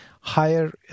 higher